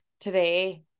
today